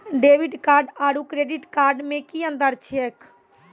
Debit card आरू credit card मे कि अन्तर छैक?